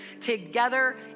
together